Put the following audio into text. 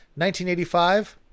1985